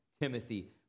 Timothy